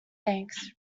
thanks